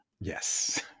Yes